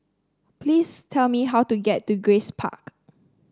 please tell me how to get to Grace Park